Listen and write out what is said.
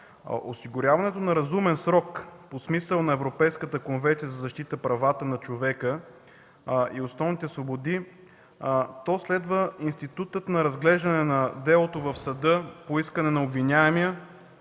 осигуряването на разумен срок по смисъла на Европейската конвенция за защита на правата на човека и основните свободи следва институтът на разглеждане на делото в съда по искане на обвиняемия